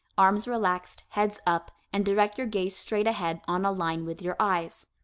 arms relaxed, heads up and direct your gaze straight ahead on a line with your eyes.